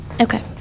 okay